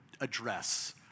address